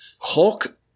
Hulk